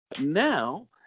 Now